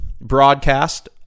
broadcast